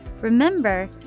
Remember